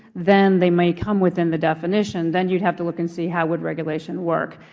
then they may come within the definition. then you would have to look and see how would regulation work.